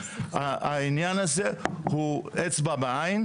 העניין הזה הוא אצבע בעין.